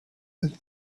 and